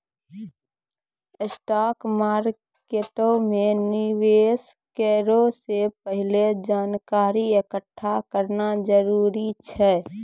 stock मार्केटो मे निवेश करै से पहिले जानकारी एकठ्ठा करना जरूरी छै